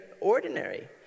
ordinary